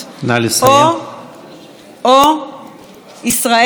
או ישראל כדמוקרטיה ליברלית,